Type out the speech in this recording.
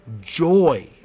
joy